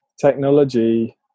technology